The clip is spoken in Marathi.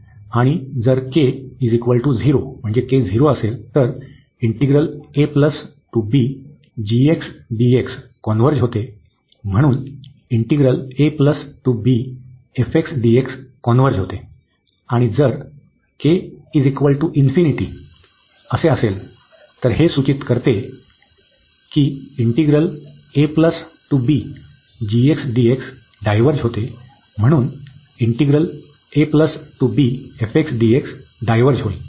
आणि जर असेल तर कॉन्व्हर्ज होते म्हणून कॉन्व्हर्ज होते आणि जर असे सूचित करते की डायव्हर्ज होते म्हणून डायव्हर्ज होते